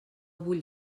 vull